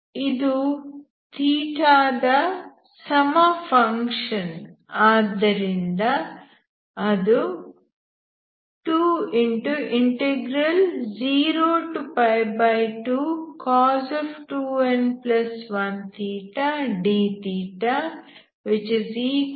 ಇದು ದ ಸಮ ಫಂಕ್ಷನ್ ಆದ್ದರಿಂದ ಅದು 202cos2n1θ dθ 22nn